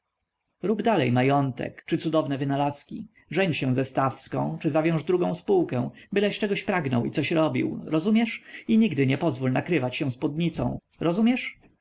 rób dalej majątek czy cudowne wynalazki żeń się ze stawską czy zawiąż drugą spółkę byleś czegoś pragnął i coś robił rozumiesz i nigdy nie pozwól nakrywać się spódnicą rozumiesz